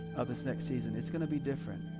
of this next season. it's gonna be different.